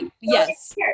Yes